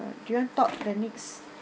do you want talk the next